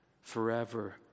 Forever